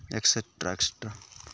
extra extra